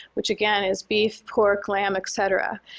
which again is beef, pork, lamb, et cetera.